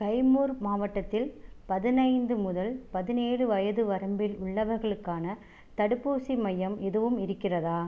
கைமூர் மாவட்டத்தில் பதினைந்து முதல் பதினேழு வயது வரம்பில் உள்ளவர்களுக்கான தடுப்பூசி மையம் எதுவும் இருக்கிறதா